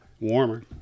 Warmer